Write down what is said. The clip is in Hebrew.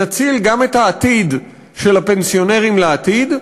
נציל גם את העתיד של הפנסיונרים לעתיד,